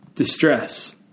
distress